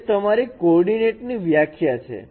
એ તમારી કોર્ડીનેટ ની વ્યાખ્યા છે